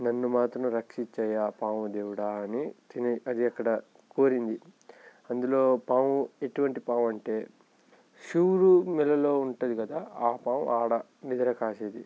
నన్ను మాత్రం రక్షించు అయ్యా పాము దేవుడా అని తిని అది అక్కడ కోరింది అందులో పాము ఎటువంటి పాము అంటే శివుడి మెడలో ఉంటుంది కదా ఆ పాము ఆడ నిద్ర కాసేది